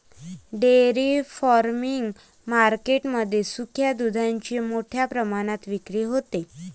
dairy farming market मध्ये सुक्या दुधाची मोठ्या प्रमाणात विक्री होते